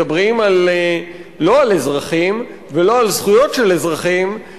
לא מדברים על אזרחים ולא על זכויות של אזרחים,